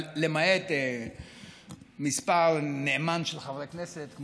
למעט מספר של חברי כנסת נאמנים,